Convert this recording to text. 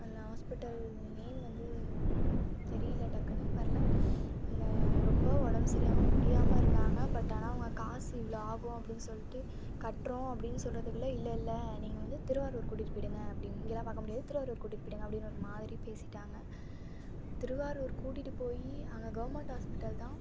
அந்த hospital name வந்து தெரியல டக்குன்னு வரல இந்த ரொம்ப உடம்பு சரியாம முடியாமல் இருந்தாங்க பட் ஆனால் அவங்க காசு இவ்வளோ ஆகும் அப்படின் சொல்லிட்டு கட்டுறோம் அப்படின் சொல்றதுக்குள்ளே இல்லல்லை நீங்கள் வந்து திருவாரூர் கூட்டிகிட்டு போயிவிடுங்க அப்படின் இங்கெல்லாம் பார்க்க முடியாது திருவாரூர் கூட்டிகிட்டு போயிவிடுங்க அப்படின்னு ஒரு மாதிரி பேசிவிட்டாங்க திருவாரூர் கூட்டிகிட்டு போய் அங்கே கவர்மெண்ட் ஹாஸ்பிட்டல் தான்